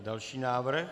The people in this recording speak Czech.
Další návrh.